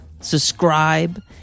subscribe